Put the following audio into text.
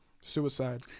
Suicide